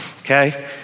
okay